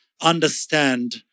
understand